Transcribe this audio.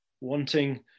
wanting